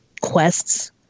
quests